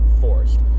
forced